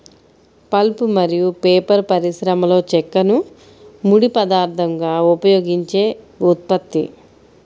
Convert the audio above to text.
pulp మరియు paper పరిశ్రమలోచెక్కను ముడి పదార్థంగా ఉపయోగించే ఉత్పత్తి